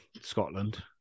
Scotland